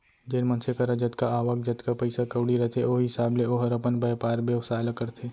जेन मनसे करा जतका आवक, जतका पइसा कउड़ी रथे ओ हिसाब ले ओहर अपन बयपार बेवसाय ल करथे